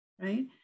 right